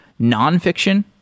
nonfiction